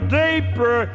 deeper